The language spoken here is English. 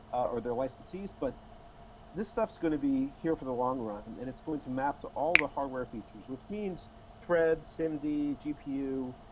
or their licensees, but this stuff's gonna be here for the long run, and and it's going to map to all the hardware features, which means threads, simd, gpu.